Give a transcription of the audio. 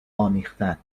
آمیختن